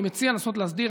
אני מציע לנסות להסדיר,